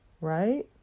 right